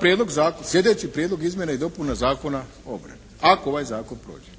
prijedlog, sljedeći prijedlog izmjena i dopuna Zakona o obrani, ako ovaj zakon prođe?